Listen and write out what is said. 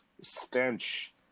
stench